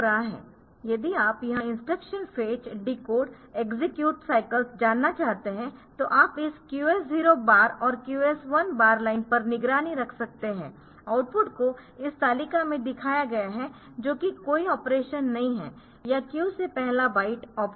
यदि आप यह instruction fetch decode execute cycles जानना चाहते है तो आप इस QS0 बार और QS1 बार लाइन पर निगरानी रख सकते है आउटपुट को इस तालिका में दिखाया गया है जो कि कोई ऑपरेशन नहीं है या क्यू से पहला बाइट ओपकोड